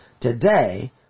today